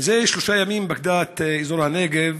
שלושה ימים פקדה את אזור הנגב,